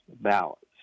ballots